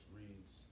reads